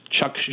chuck